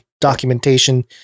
documentation